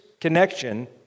connection